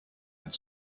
had